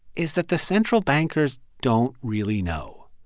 is that the central bankers don't really know.